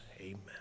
Amen